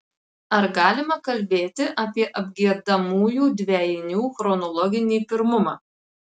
ar galima kalbėti apie apgiedamųjų dvejinių chronologinį pirmumą